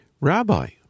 Rabbi